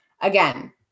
again